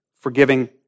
Forgiving